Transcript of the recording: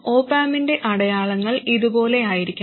op ആമ്പിന്റെ അടയാളങ്ങൾ ഇതുപോലെയായിരിക്കണം